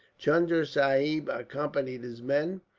chunda sahib accompanied his men.